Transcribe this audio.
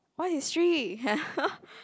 what history